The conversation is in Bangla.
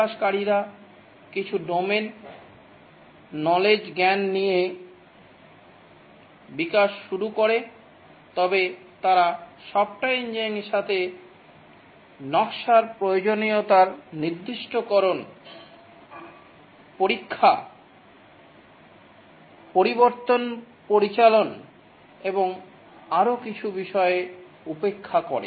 বিকাশকারীরা কিছু ডোমেন জ্ঞান নিয়ে বিকাশ শুরু করে তবে তারা সফ্টওয়্যার ইঞ্জিনিয়ারিংয়ের সাথে নকশার প্রয়োজনীয়তার নির্দিষ্টকরণ পরীক্ষা পরিবর্তন পরিচালন এবং আরও কিছু বিষয় উপেক্ষা করে